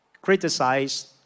criticized